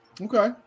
Okay